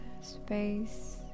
space